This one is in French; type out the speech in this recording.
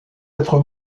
être